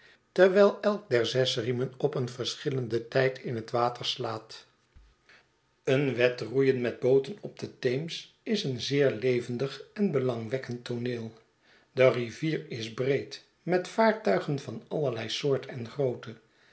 terwijl elk der zes riemen op een verschillenden tijd in het water slaat een wedroeien met booten op den teems is een zeer levendig en belangwekkend tooneel de rivier is bedekt met vaartuigen van allerlei soort en grootte